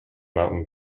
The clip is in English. mountain